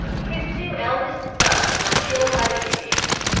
his two eldest sons were killed by the indians.